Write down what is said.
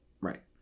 Right